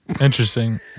Interesting